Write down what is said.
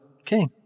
okay